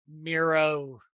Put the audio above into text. Miro